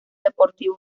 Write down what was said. deportivos